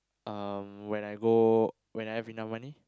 um when I go when I have enough money